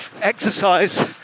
exercise